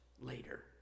later